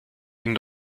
ihnen